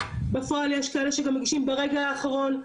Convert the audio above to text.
בפועל יש כאלה שגם מגישים ברגע האחרון,